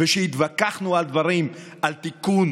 זה לא יכול להיות חוק נורבגי, כי